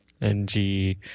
NG